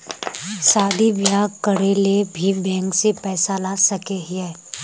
शादी बियाह करे ले भी बैंक से पैसा ला सके हिये?